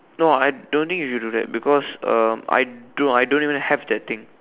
no I don't think you should do that because um I don't no I don't even have that thing